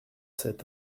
cet